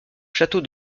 château